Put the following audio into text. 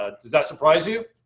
ah does that surprise you?